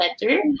better